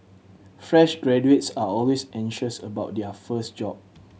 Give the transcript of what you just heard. fresh graduates are always anxious about their first job